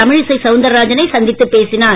தமிழிசை சவுந்தரராஜனை சந்தித்துப் பேசினார்